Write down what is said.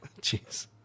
Jeez